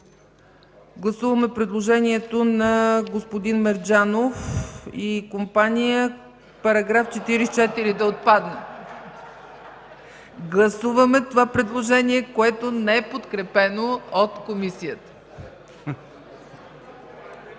гласуване предложението на господин Мерджанов и компания –§ 44 да отпадне. Гласуваме това предложение, което не е подкрепено от Комисията.